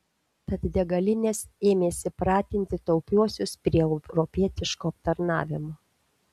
tad degalinės ėmėsi pratinti taupiuosius prie europietiško aptarnavimo